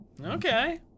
okay